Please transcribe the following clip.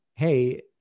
hey